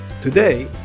Today